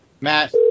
Matt